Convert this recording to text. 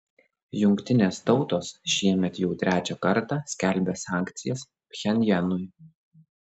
jungtinės tautos šiemet jau trečią kartą skelbia sankcijas pchenjanui